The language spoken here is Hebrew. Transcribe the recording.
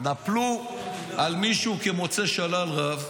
התנפלו על מישהו כמוצא שלל רב,